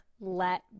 let